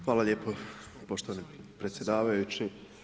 Hvala lijepo poštovani predsjedavajući.